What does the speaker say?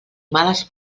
males